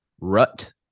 rut